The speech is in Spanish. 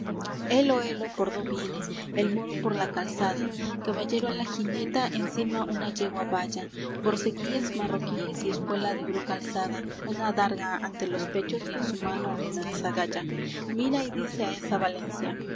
helo helo por dó viene el moro por la calzada caballero á la jineta encima una yegua baya borceguíes marroquíes y espuela de oro calzada una adarga ante los pechos y en su mano una azagaya mira y dice á esa valencia